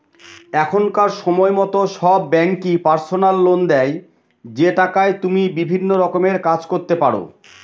এখনকার সময়তো সব ব্যাঙ্কই পার্সোনাল লোন দেয় যে টাকায় তুমি বিভিন্ন রকমের কাজ করতে পারো